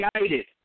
guided